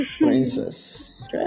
Princess